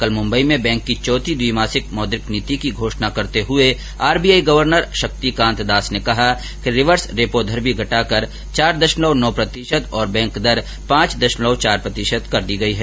कल मुंबई में बैंक की चौथी द्विमासिक मौद्रिक नीति की घोषणा करते हुए आरबीआई गवर्नर शक्तिकांत दास ने कहा कि रिवर्स रेपो दर भी घटाकर चार दशमलव नौ प्रतिशत और बैंक दर पांच दशमलव चार प्रतिशत कर दी गई है